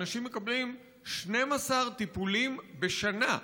אנשים מקבלים 12 טיפולים בשנה.